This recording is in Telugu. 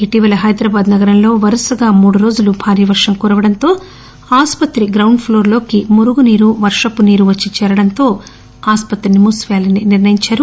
ఇటీవల హైదరాబాద్ నగరంలో వరుసగా మూడు రోజులు భారీ వరం కురవడంతో ఆసుపత్రి గ్రౌండ్ ప్లోర్లోకి మురుగునీరు వర్వపు నీరు ప్రవహించడంతో ఆసుపత్రిని మూసిపేయాలని నిర్ణయించారు